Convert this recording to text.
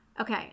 Okay